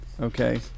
Okay